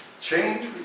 change